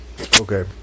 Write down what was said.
Okay